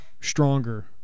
stronger